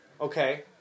Okay